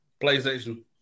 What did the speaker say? PlayStation